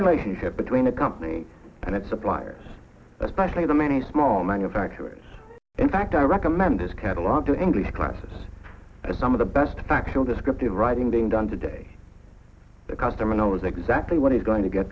relationship between a company and its suppliers especially the many small manufacturers in fact i recommend this catalog to english classes as some of the best factual descriptive writing being done today the customer knows exactly what he's going to get